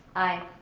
aye.